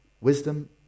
Wisdom